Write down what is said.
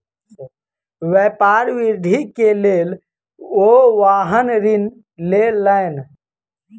व्यापार वृद्धि के लेल ओ वाहन ऋण लेलैन